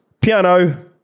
piano